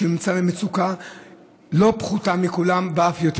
שנמצא במצוקה לא פחותה מכולם ואף יותר,